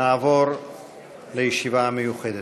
נעבור לישיבה המיוחדת.